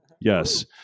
Yes